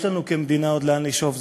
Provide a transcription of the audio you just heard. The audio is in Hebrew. יש לנו כמדינה עוד לאן לשאוף.